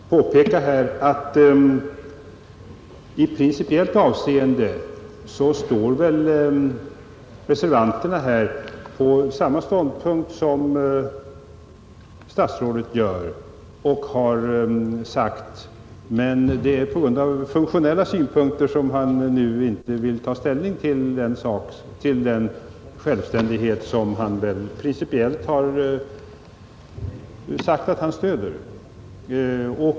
Herr talman! Jag skulle vilja påpeka att i principiellt avseende står reservanterna på samma ståndpunkt som statsrådet gör, men ur funktionella synpunkter vill han nu inte ta ställning till den självständighet som han har sagt att han principiellt stöder.